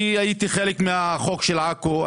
אני הייתי חלק מהחוק של עכו.